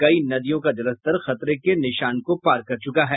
कई नदियां का जलस्तर खतरे के निशान को पार कर चुका है